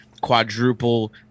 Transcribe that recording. quadruple